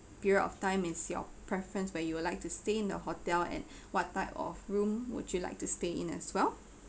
period of time is your preference but you would like to stay in the hotel and what type of room would you like to stay in as well